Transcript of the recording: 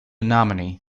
nominee